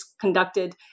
conducted